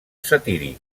satíric